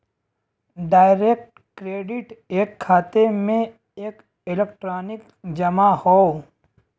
direct credit एक खाते में एक इलेक्ट्रॉनिक जमा हौ